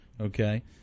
Okay